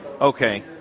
okay